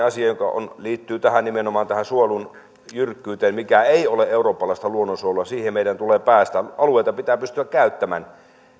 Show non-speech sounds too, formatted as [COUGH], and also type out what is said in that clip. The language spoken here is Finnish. [UNINTELLIGIBLE] asia joka liittyy nimenomaan tähän suojelun jyrkkyyteen mikä ei ole eurooppalaista luonnonsuojelua siihen meidän tulee päästä alueita pitää pystyä käyttämään